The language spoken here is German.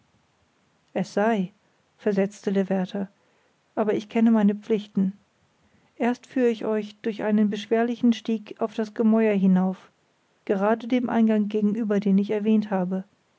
es sei versetzte der wärtel aber ich kenne meine pflichten erst führ ich euch durch einen beschwerlichen stieg auf das gemäuer hinauf gerade dem eingang gegenüber den ich erwähnt habe